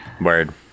Word